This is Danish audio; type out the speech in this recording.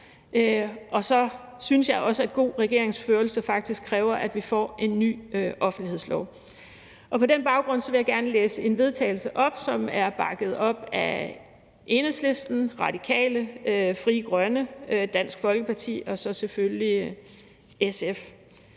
og så synes jeg også, at god regeringsførelse faktisk kræver, at vi får en ny offentlighedslov. På den baggrund vil jeg gerne på vegne af Enhedslisten, Radikale Venstre, Frie Grønne, Dansk Folkeparti og selvfølgelig SF